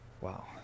Wow